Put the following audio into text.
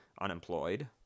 unemployed